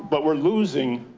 but we're losing